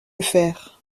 faire